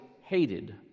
hated